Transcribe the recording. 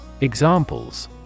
Examples